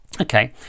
Okay